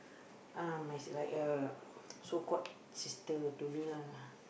uh like a so called sister to me lah